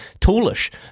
toolish